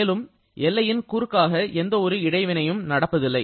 மேலும் எல்லையின் குறுக்காக எந்த ஒரு இடை வினையும் நடப்பதில்லை